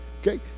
Okay